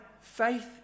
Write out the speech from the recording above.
faith